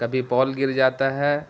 کبھی پال گر جاتا ہے